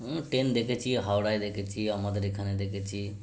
হুম train দেখেছি হাওড়ায় দেখেছি আমাদের এখানে দেখেছি